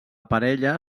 parella